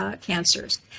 cancers